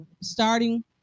starting